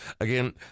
Again